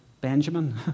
Benjamin